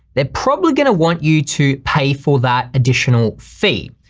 they're probably gonna want you to pay for that additional fee.